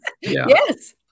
Yes